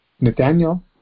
Nathaniel